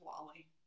Wally